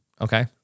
Okay